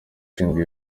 ushinzwe